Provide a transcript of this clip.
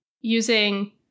using